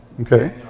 Okay